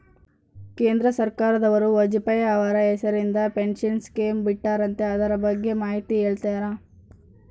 ಕೇಂದ್ರ ಸರ್ಕಾರದವರು ವಾಜಪೇಯಿ ಅವರ ಹೆಸರಿಂದ ಪೆನ್ಶನ್ ಸ್ಕೇಮ್ ಬಿಟ್ಟಾರಂತೆ ಅದರ ಬಗ್ಗೆ ಮಾಹಿತಿ ಹೇಳ್ತೇರಾ?